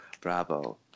bravo